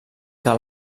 que